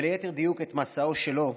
וליתר דיוק את מסעו שלו,